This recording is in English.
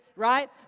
right